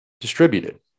distributed